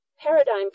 paradigm